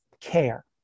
care